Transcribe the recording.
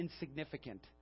insignificant